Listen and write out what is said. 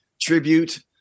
tribute